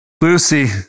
Lucy